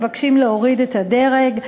מבקשים להוריד את הדרג,